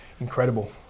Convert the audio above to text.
Incredible